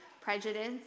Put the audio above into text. Prejudice